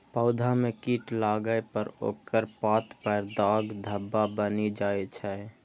पौधा मे कीट लागै पर ओकर पात पर दाग धब्बा बनि जाइ छै